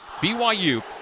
BYU